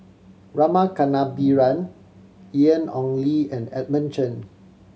Rama Kannabiran Ian Ong Li and Edmund Chen